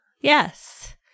Yes